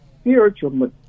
spiritual